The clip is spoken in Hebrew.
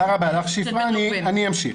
תודה רבה, על אף שפרה אני אמשיך.